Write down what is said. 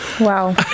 Wow